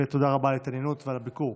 ותודה רבה על ההתעניינות ועל הביקור.